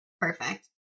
Perfect